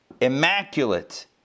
immaculate